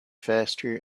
faster